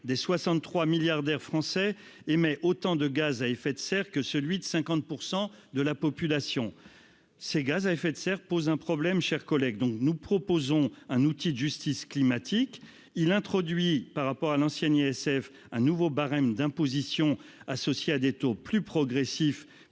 des 63 milliardaires français émet autant de gaz à effet de serre que celui de 50 % de la population. Or ces gaz à effet de serre posent problème. Nous proposons donc un outil de justice climatique. Notre amendement vise à introduire, par rapport à l'ancien ISF, un nouveau barème d'imposition associé à des taux plus progressifs